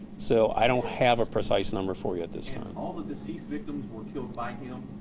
so, i don't have a precise number for you at this time. and all of the deceased victims were killed by him